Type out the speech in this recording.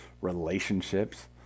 relationships